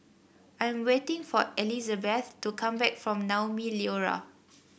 I am waiting for Elisabeth to come back from Naumi Liora